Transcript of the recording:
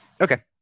Okay